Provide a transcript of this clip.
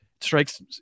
strikes